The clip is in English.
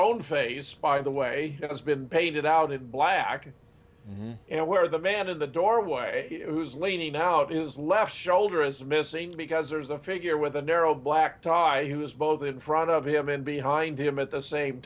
own face by the way has been painted out in black and where the man in the doorway whose leaning out is left shoulder is missing because there's a figure with a narrow black tie who is both in front of him and behind him at the same